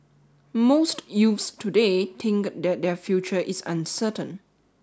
most youths today think that their future is uncertain